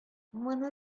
моны